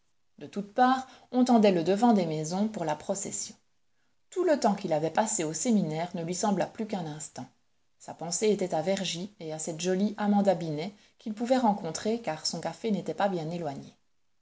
de toutes parts on tendait le devant des maisons pour la procession tout le temps qu'il avait passé au séminaire ne lui sembla plus qu'un instant sa pensée était à vergy et à cette jolie amanda binet qu'il pouvait rencontrer car son café n'était pas bien éloigné